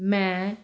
ਮੈਂ